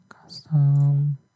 Custom